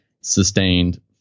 sustained